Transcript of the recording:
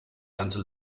ganze